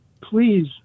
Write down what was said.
please